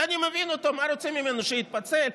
אני מבין אותו, מה רוצים ממנו, שיתפצל?